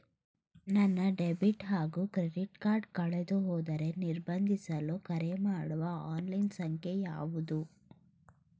ನನ್ನ ಡೆಬಿಟ್ ಹಾಗೂ credit card ಕಳೆದುಹೋದರೆ ನಿರ್ಬಂಧಿಸಲು ಕರೆಮಾಡುವ ಆನ್ಲೈನ್ ಸಂಖ್ಯೆಯಾವುದು?